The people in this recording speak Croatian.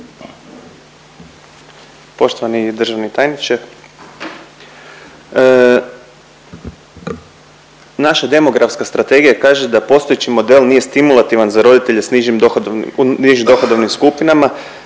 Poštovani državni tajniče, naša demografska strategija kaže da postojeći model nije stimulativan za roditelje s nižim, u nižim dohodovnim skupinama